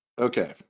Okay